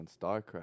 StarCraft